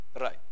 right